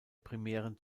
primären